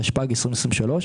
התשפ"ג-2023,